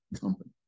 company